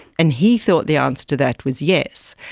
and he thought the answer to that was yes.